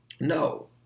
No